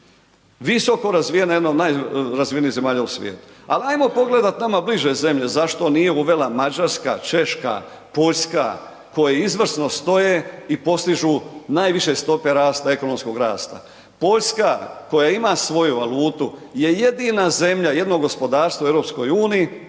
Visoko razvijena, jedna od najrazvijenijih zemalja u svijetu ali ajmo pogledat nama bliže zemlje zašto nije uvela Mađarska, Češka, Poljska koje izvrsno stoje i postižu najviše stope rasta, ekonomskog rasta. Poljska koja ima svoju valutu je jedina zemlja, jedno gospodarstvo u EU-u